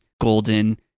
golden